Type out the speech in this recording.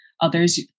Others